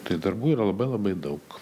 tai darbų yra labai labai daug